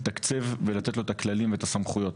לתקצב ולתת לו את הכלים ואת הסמכויות.